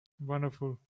Wonderful